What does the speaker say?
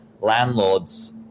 landlords